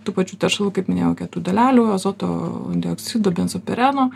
tų pačių teršalų kaip minėjau kietų dalelių azoto dioksido benzopireno